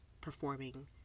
performing